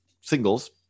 singles